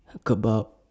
kebab